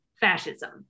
fascism